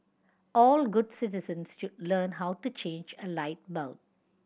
all good citizens should learn how to change a light bulb